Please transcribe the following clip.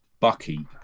Bucky